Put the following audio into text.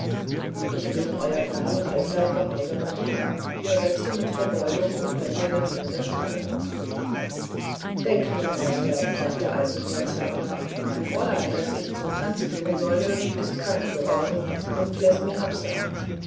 ich bin eurer gnaden allezeit gehorsamer diener versetzte mit verbeugung und lächelnder miene der schneider denkt nur meister sagte altenkreuz ferner mein fräulein das ich zum tanz führen sollte ist krank geworden und läßt mir absagen